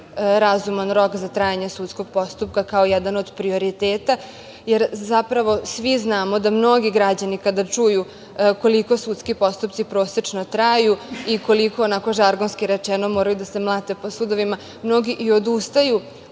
razuman rok za trajanje sudskog postupka, kao jedan od prioriteta, jer zapravo svi znamo da mnogi građani kada čuju koliko sudski postupci prosečno traju i koliko onako žargonski rečeno moraju da se mlate po sudovima, mnogi i odustaju